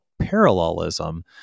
parallelism